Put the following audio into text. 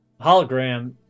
hologram